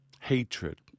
Hatred